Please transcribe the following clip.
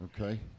Okay